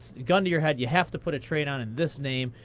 gun to your head, you have to put a trade on in this name,